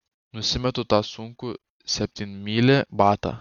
nusimetu tą sunkų septynmylį batą